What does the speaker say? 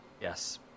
yes